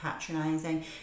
patronizing